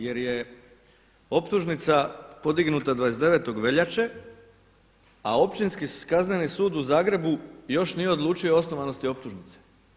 Jer je optužnica podignuta 29. veljače, a Općinski-kazneni sud u Zagrebu još nije odlučio o osnovanosti optužnice.